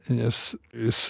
nes jis